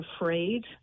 afraid